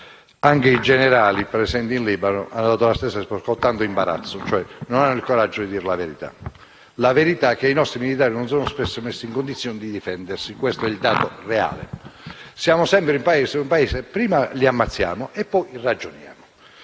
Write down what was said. anche i generali presenti in Libano hanno dato la stessa risposta, con tanto imbarazzo; non hanno cioè il coraggio di dire la verità. La verità è che i nostri militari non sono spesso messi in condizione di difendersi. Questo è il dato reale. Prima li ammazziamo e poi ragioniamo;